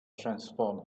transform